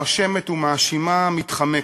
מואשמת ומאשימה, מתחמקת.